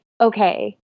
okay